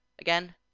Again